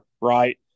right